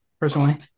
personally